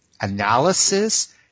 Analysis